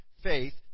faith